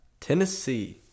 Tennessee